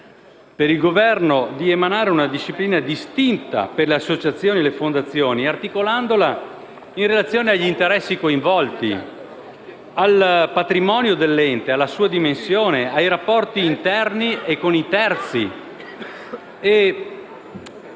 per il Governo, ad emanare una disciplina distinta per le associazioni e le fondazioni, articolandola in relazione agli interessi coinvolti, al patrimonio dell'ente, alla sua dimensione, ai rapporti interni e con i terzi.